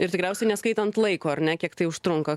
ir tikriausiai neskaitant laiko ar ne kiek tai užtrunka